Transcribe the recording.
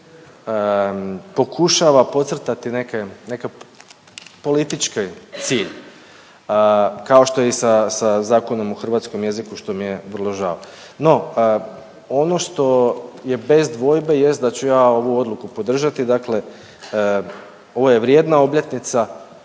pokušava podcrtati neke, neke politički cilj kao što je i sa Zakonom o hrvatskom jeziku što mi je vrlo žao. No, ono što je bez dvojbe jest da ću ja ovu odluku podržati, dakle ovo je vrijedna obljetnica